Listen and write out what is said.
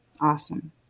awesome